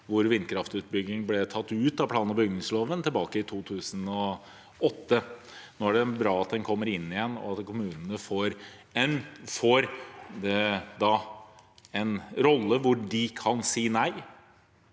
hvor vindkraftutbygging ble tatt ut av plan- og bygningsloven tilbake i 2008. Det er bra at det nå kommer inn igjen, og at kommunene får en rolle hvor de kan si nei